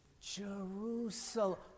Jerusalem